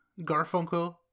Garfunkel